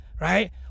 right